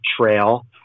trail